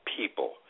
people